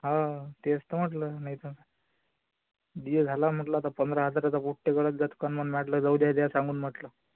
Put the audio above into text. हो तेच तर म्हटलं नाही तर डी जे झाला म्हटलं आता पंधरा हजाराचा पोट्टे गडद गचकन मग म्या म्हटलं जाऊ द्या द्या सांगून म्हटलं